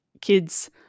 kids